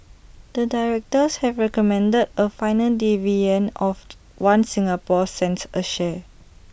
the directors have recommended A final dividend of One Singapore cents A share